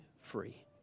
free